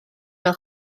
fel